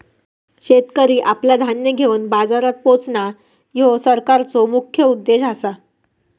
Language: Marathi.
शेतकरी आपला धान्य घेवन बाजारात पोचणां, ह्यो सरकारचो मुख्य उद्देश आसा